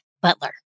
Butler